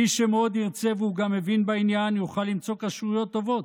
מי שמאוד ירצה והוא גם מבין בעניין יוכל למצוא כשרויות טובות,